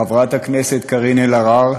חברת הכנסת קארין אלהרר,